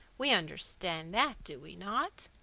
we understand that, do we not?